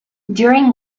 during